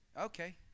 Okay